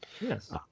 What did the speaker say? Yes